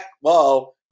whoa